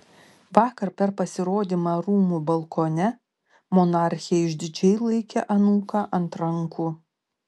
vakar per pasirodymą rūmų balkone monarchė išdidžiai laikė anūką ant rankų